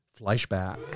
flashback